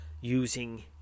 using